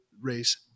race